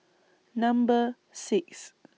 Number six